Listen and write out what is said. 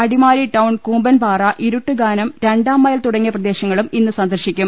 Adimali town Koombanpara Iruttukanam രണ്ടാം mile തുടങ്ങിയ പ്രദേശങ്ങളും ഇന്ന് സന്ദർശിക്കും